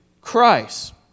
Christ